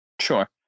sure